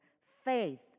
faith